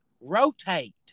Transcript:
Rotate